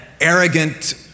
arrogant